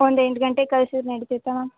ಒಂದು ಎಂಟು ಗಂಟೆಗೆ ಕಳ್ಸಿದ್ರೆ ನಡಿತೈತ ಮ್ಯಾಮ್